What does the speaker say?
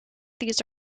these